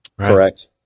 Correct